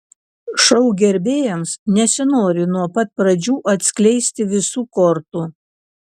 šou gerbėjams nesinori nuo pat pradžių atskleisti visų kortų